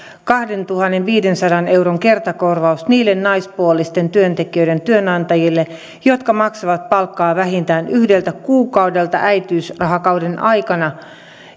kahdentuhannenviidensadan euron kertakorvaus niille naispuolisten työntekijöiden työnantajille jotka maksavat palkkaa vähintään yhdeltä kuukaudelta äitiysrahakauden aikana